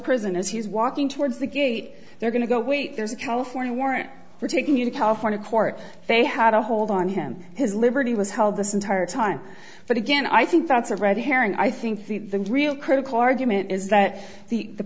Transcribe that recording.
prison as he's walking towards the gate they're going to go wait there's a california warrant for taking you to california court they had a hold on him his liberty was held this entire time but again i think that's a red herring i think the real critical argument is that the the